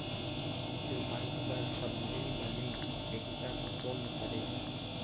जोताई बर सबले बने टेक्टर कोन हरे?